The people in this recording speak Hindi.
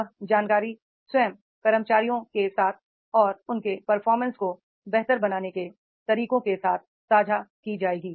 वह जानकारी स्वयं कर्मचारियोंके साथ और उनके परफॉर्मेंस को बेहतर बनाने के तरीकों के साथ साझा की जाएगी